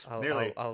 Nearly